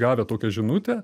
gavę tokią žinutę